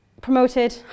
promoted